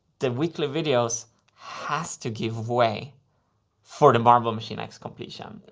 the weekly videos has to give way for the marble machine x completion.